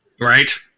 right